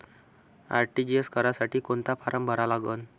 RTGS करासाठी कोंता form भरा लागन?